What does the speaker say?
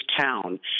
town